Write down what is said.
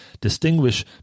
distinguish